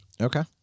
Okay